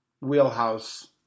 wheelhouse